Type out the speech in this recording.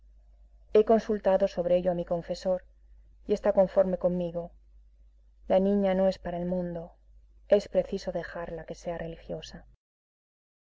he consultado sobre ello a mi confesor y está conforme conmigo la niña no es para el mundo es preciso dejarla que sea religiosa